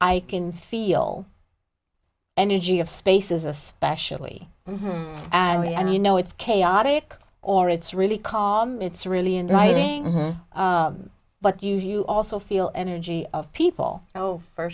i can feel energy of space is especially angry and you know it's chaotic or it's really call it's really inviting but you also feel energy of people oh for